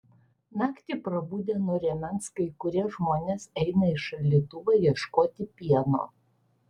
naktį prabudę nuo rėmens kai kurie žmonės eina į šaldytuvą ieškoti pieno